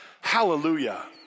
Hallelujah